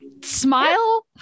smile